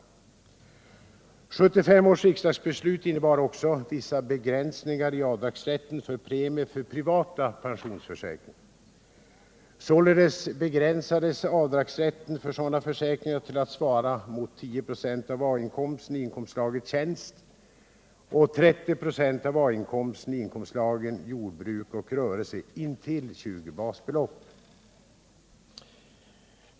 1975 års riksdagsbeslut innebar också vissa begränsningar i avdragsrätten för premier för privata pensionsförsäkringar. Sålunda begränsades avdragsrätten för sådana försäkringar till att svara mot 10 96 av A-inkomsten i inkomstslaget tjänst och 30 96 av A-inkomsten i inkomstslagen jordbruk och rörelse intill 20 basbelopp.